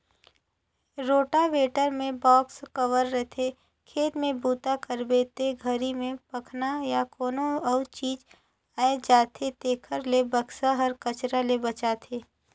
rotavator म box cover रहिथे, खेत में बूता करबे ते घरी में पखना या कोनो अउ चीज आये जाथे तेखर ले बक्सा हर कचरा ले बचाथे